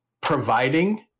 providing